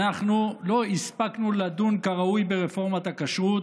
אנחנו לא הספקנו לדון כראוי ברפורמת הכשרות.